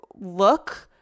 look